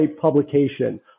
publication